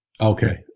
Okay